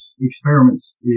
experiments